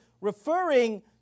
referring